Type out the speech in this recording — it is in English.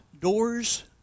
doors